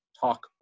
talk